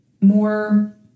more